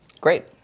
Great